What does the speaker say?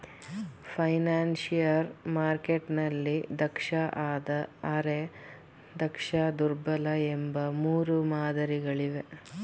financial ಮಾರ್ಕೆಟ್ನಲ್ಲಿ ದಕ್ಷ, ಅರೆ ದಕ್ಷ, ದುರ್ಬಲ ಎಂಬ ಮೂರು ಮಾದರಿ ಗಳಿವೆ